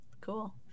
Cool